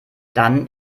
dann